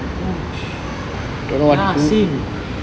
oh ya same